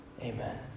Amen